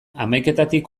hamaiketatik